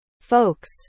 folks